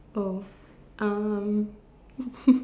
oh um